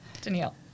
Danielle